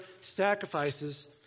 sacrifices